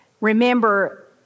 Remember